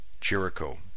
Jericho